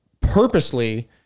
purposely